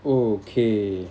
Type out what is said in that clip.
okay